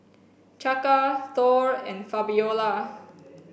Chaka Thor and Fabiola